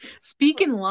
Speaking